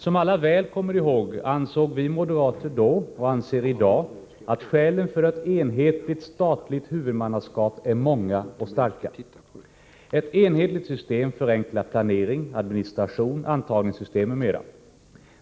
Som alla väl kommer ihåg ansåg vi moderater då, och anser i dag, att skälen för ett enhetligt statligt huvudmannaskap är många och starka. Ett enhetligt system förenklar planering, administration, antagningssystem m.m.